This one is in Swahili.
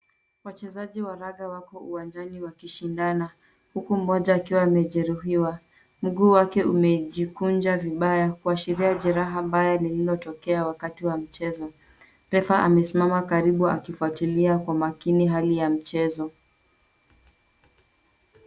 Wachezaji wa raga wako uwanjani wakishindana, huku mmoja akiwa amejeruhiwa. Mguu wake umejikunja vibaya; kuashiria jeraha mbaya lililotokea wakati wa mchezo. Refa amesimama karibu akifuatilia kwa makini hali ya mchezo.